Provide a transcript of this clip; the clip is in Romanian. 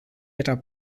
era